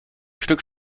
stück